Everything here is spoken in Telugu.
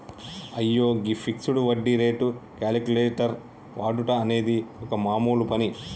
అయ్యో గీ ఫిక్సడ్ వడ్డీ రేటు క్యాలిక్యులేటర్ వాడుట అనేది ఒక మామూలు పని